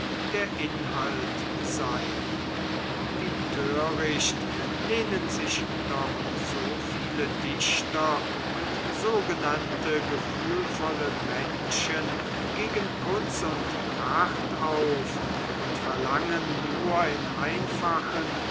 der inhalt sein wie töricht lehnen sich doch so viele dichter und sogenannte gefühlvolle menschen gegen putz und pracht auf und verlangen nur in einfachen